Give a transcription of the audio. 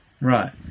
Right